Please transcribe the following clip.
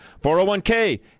401k